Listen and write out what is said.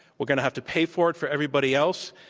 we're going to have to pay for it for everybody else,